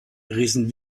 rissen